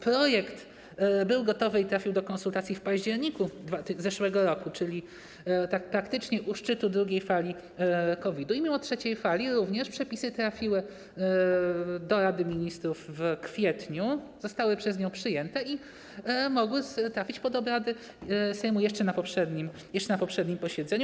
Projekt był gotowy i trafił do konsultacji w październiku zeszłego roku, czyli praktycznie u szczytu drugiej fali COVID-u i mimo trzeciej fali przepisy trafiły do Rady Ministrów w kwietniu, zostały przez nią przyjęte i mogły trafić pod obrady Sejmu jeszcze na poprzednim posiedzeniu.